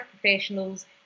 professionals